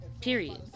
Period